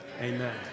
Amen